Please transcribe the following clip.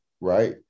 right